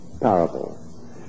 parable